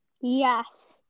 Yes